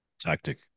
Tactic